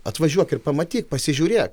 atvažiuok ir pamatyk pasižiūrėk